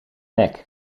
nek